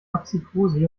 maxicosi